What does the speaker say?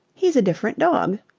he's a different dog.